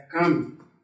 come